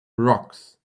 rocks